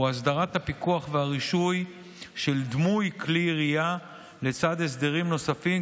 הוא הסדרת הפיקוח והרישוי של דמוי כלי ירייה לצד הסדרים נוספים,